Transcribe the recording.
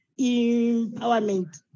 empowerment